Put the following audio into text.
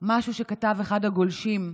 במשהו שכתב אחד הגולשים,